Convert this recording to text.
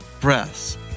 breaths